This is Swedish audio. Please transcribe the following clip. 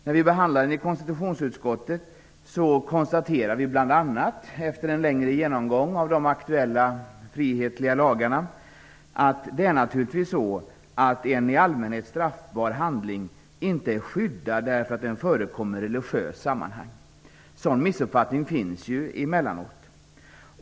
När vi behandlade frågan i konstitutionsutskottet konstaterade vi bl.a., efter en längre genomgång av de aktuella frihetliga lagarna, att en i allmänhet straffbar handling inte är skyddad därför att den förekommer i religiösa sammanhang. En sådan missuppfattning förekommer emellanåt.